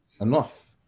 enough